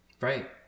Right